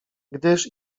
gdyż